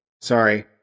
Sorry